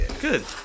good